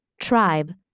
tribe